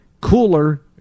cooler